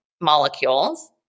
molecules